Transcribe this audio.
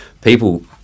people